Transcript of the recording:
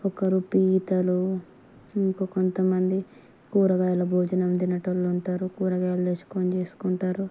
ఒకరు పీతలు ఇంకో కొంత మంది కూరగాయల భోజనం తినేవాళ్ళు ఉంటారు కూరగాయలు తెచ్చుకొని చేసుకుంటారు